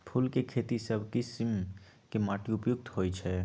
फूल के खेती सभ किशिम के माटी उपयुक्त होइ छइ